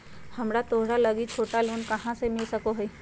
हमरा त्योहार लागि छोटा लोन कहाँ से मिल सको हइ?